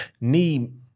need